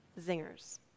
zingers